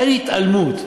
אין התעלמות,